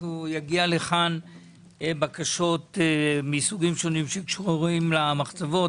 יגיעו לכאן בקשות מסוגים שונים שקשורים למחצבות.